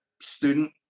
student